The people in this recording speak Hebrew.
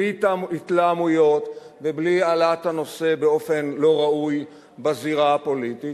בלי התלהמויות ובלי העלאת הנושא באופן לא ראוי בזירה הפוליטית,